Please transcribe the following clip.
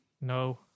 No